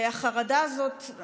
החרדה הזאת,